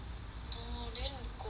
oh didn't go there